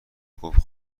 گفت